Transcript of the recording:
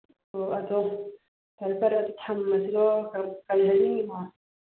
ꯑꯣ ꯑꯗꯣ ꯐꯔꯦ ꯐꯔꯦ ꯑꯗꯨꯗꯤ ꯊꯝꯃꯁꯤꯔꯣ ꯀꯩ ꯍꯥꯏꯅꯤꯡꯏꯅꯣ